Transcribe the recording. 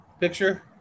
picture